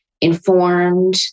informed